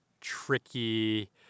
tricky